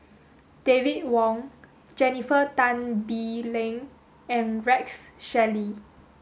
David Wong Jennifer Tan Bee Leng and Rex Shelley